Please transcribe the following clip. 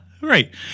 right